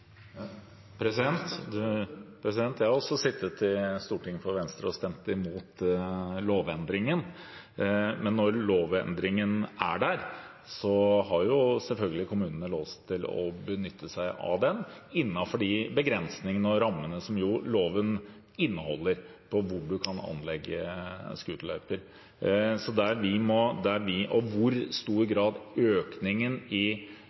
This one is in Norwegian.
Jeg har sittet i Stortinget for Venstre og stemt imot lovendringen. Men når lovendringen er der, har selvfølgelig kommunene lov til å benytte seg av den, innenfor de begrensningene og rammene som loven inneholder, når det gjelder hvor man kan anlegge